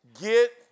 get